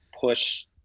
push